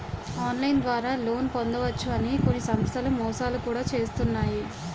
online ద్వారా loan పొందవచ్చు అని కొన్ని సంస్థలు మోసాలు కూడా చేస్తున్నాయి